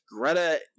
Greta